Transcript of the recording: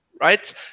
right